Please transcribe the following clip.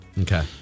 Okay